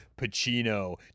Pacino